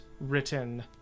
written